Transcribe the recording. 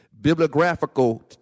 Bibliographical